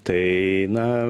tai na